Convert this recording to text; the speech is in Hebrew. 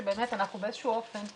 בוקר טוב.